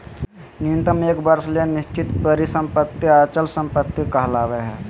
न्यूनतम एक वर्ष ले निश्चित परिसम्पत्ति अचल संपत्ति कहलावय हय